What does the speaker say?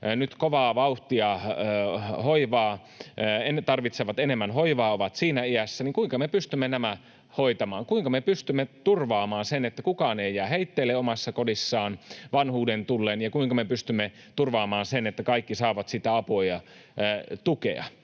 nyt kovaa vauhtia siihen ikään, että ne tarvitsevat enemmän hoivaa, niin kuinka me pystymme nämä hoitamaan? Kuinka me pystymme turvaamaan sen, että kukaan ei jää heitteille omassa kodissaan vanhuuden tullen, ja kuinka me pystymme turvaamaan sen, että kaikki saavat sitä apua ja tukea?